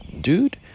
dude